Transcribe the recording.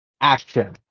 action